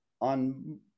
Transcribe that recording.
on